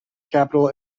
capital